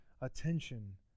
attention